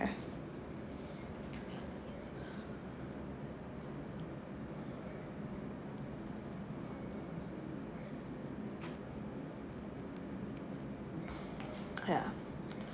ya